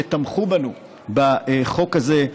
שתמכו בנו בחוק הזה,